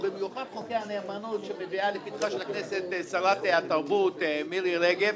ובמיוחד חוקי הנאמנות שמביאה לפתיחה של הכנסת שרת התרבות מירי רגב,